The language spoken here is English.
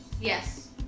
Yes